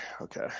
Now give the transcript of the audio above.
Okay